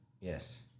Yes